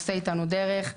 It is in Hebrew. עושה איתנו דרך.